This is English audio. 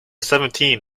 seventeen